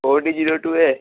O D zero two a